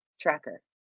tracker